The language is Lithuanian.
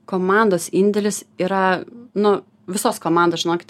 komandos indėlis yra nu visos komandos žinokit